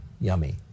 yummy